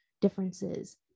differences